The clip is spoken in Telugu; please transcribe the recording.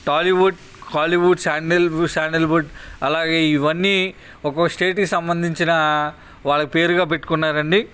టాలీవుడ్ కాలీవుడ్ శాండిల్ శాండిల్వుడ్ అలాగే ఇవన్నీ ఒక్కొక్కస్టేట్కి సంబంధించిన వాళ్ళకి పేరుగా పెట్టుకున్నారండి